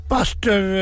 Pastor